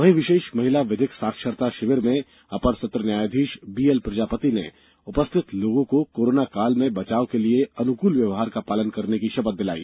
वहीं विशेष महिला विधिक साक्षरता शिविर में अपर सत्र न्यायाधीश बीएल प्रजापति ने उपस्थित लोगों को कोरोना काल में बचाव के लिए अनुकूल व्यवहार का पालन करने की शपथ दिलवाई